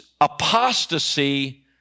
apostasy